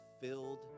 filled